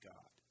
God